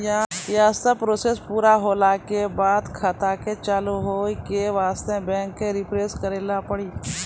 यी सब प्रोसेस पुरा होला के बाद खाता के चालू हो के वास्ते बैंक मे रिफ्रेश करैला पड़ी?